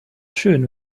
schön